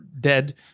dead